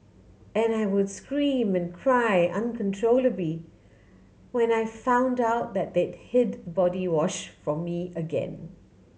and I would scream and cry uncontrollably when I found out that they'd hid body wash from me again